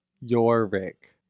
Yorick